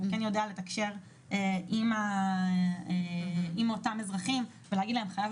הוא כן יודע לתקשר עם אותם אזרחים ולהגיד להם חייב